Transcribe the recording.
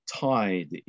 tied